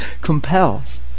Compels